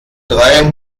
drei